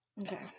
Okay